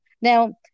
Now